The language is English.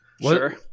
Sure